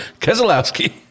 Keselowski